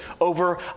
over